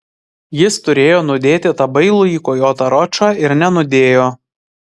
jis turėjo nudėti tą bailųjį kojotą ročą ir nenudėjo